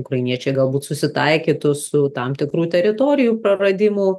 ukrainiečiai galbūt susitaikytų su tam tikrų teritorijų praradimu